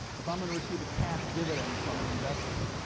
if i'm going to receive a cash dividend from an investment,